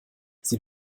sie